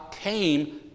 came